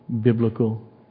biblical